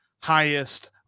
highest